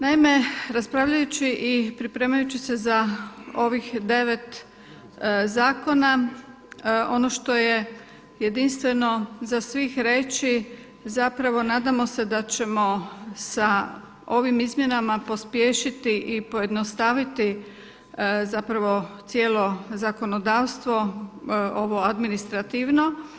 Naime, raspravljajući i pripremajući se za ovih devet zakona, ono što je jedinstveno za sve reći, zapravo nadamo se da ćemo s ovim izmjenama pospješiti i pojednostaviti zapravo cijelo zakonodavstvo, ovo administrativno.